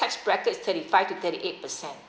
tax bracket is thirty five to thirty eight percent